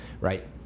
right